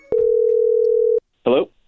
Hello